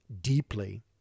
deeply